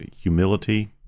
humility